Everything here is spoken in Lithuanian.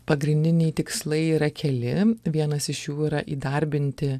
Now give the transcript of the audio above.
pagrindiniai tikslai yra keli vienas iš jų yra įdarbinti